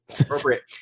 appropriate